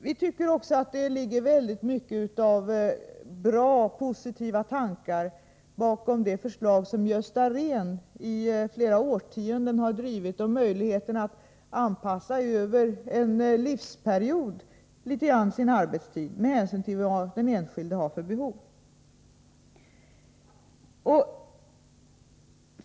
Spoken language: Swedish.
Vi tycker att det ligger mycket av positiva tankar bakom det förslag som Gösta Rehn i flera årtionden har drivit om möjligheter för den enskilde att över en livsperiod anpassa sin arbetstid med hänsyn till sina egna behov.